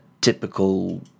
typical